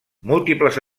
múltiples